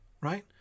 right